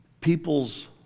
people's